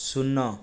ଶୂନ